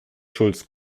schultz